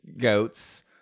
goats